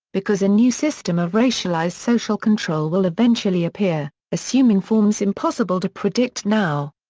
because a new system of racialized social control will eventually appear, assuming forms impossible to predict now.